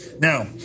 Now